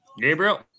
Gabriel